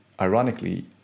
ironically